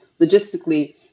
logistically